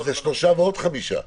--- זה שלושה חודשים ועוד חמישה חודשים.